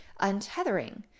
untethering